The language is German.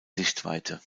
sichtweite